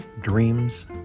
dreams